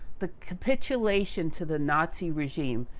the capitulation to the nazi regime,